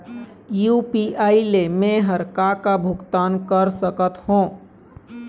UPI ले मे हर का का भुगतान कर सकत हो?